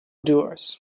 doers